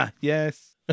Yes